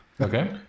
Okay